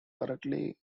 correctly